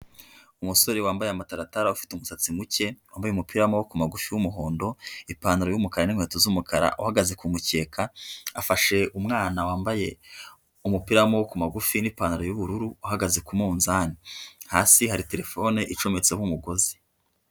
Umusore wambaye amataratara afite umusatsi muke wambaye umupira wamaboko magufi w'umuhondo ipantaro y'umukara n'inkweto z'umukara uhagaze kumukeka afashe umwana wambaye umupira w'amaboko magufi n'ipantaro y'ubururu uhagaze ku munzani hasi hari terefone icometseho umugozi.